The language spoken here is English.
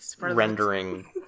rendering